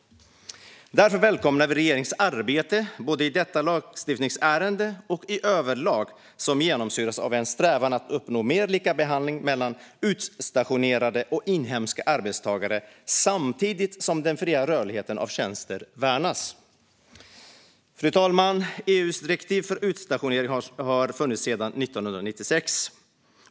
Därför välkomnar vi regeringens arbete, både i detta lagstiftningsärende och överlag, som genomsyras av en strävan att uppnå mer likabehandling mellan utstationerade och inhemska arbetstagare samtidigt som den fria rörligheten av tjänster värnas. Fru talman! EU:s direktiv om utstationering har funnits sedan 1996.